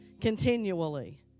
continually